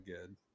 good